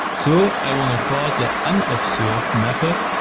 so i wanna call the unobserve method,